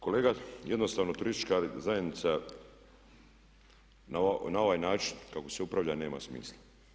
Kolega jednostavno turistička zajednica na ovaj način kako se upravlja nema smisla.